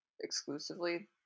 exclusively